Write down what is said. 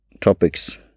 topics